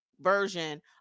version